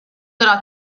della